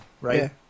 right